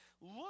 look